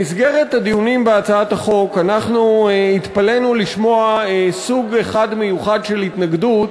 במסגרת הדיונים בהצעת החוק התפלאנו לשמוע סוג אחד ומיוחד של התנגדות